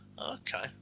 Okay